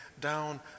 down